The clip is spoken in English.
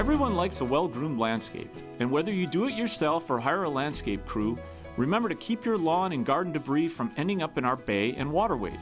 everyone likes a well groomed landscape and whether you do it yourself or hire a landscape crew remember to keep your lawn and garden debris from ending up in our bay and water